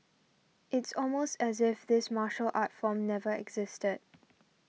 it's almost as if this martial art form never existed